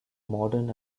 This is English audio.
modern